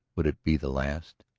would it be the last?